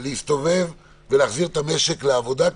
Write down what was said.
להסתובב ולהחזיר את המשק לעבודה.